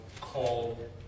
called